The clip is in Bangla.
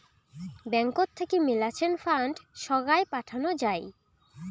ব্যাঙ্কত থাকি মেলাছেন ফান্ড সোগায় পাঠানো যাই